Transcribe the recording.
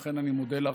לכן, אני מודה לך,